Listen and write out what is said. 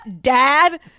dad